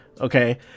Okay